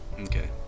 Okay